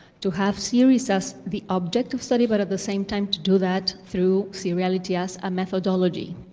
to have series as the object of study, but at the same time to do that through seriality as a methodology.